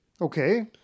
Okay